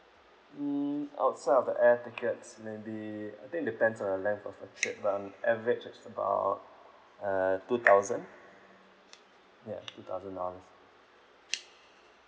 mm outside of air tickets maybe I think it depends on the length of the trip but on average is about uh two thousand ya two thousand dollars